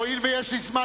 הואיל ויש לי זמן,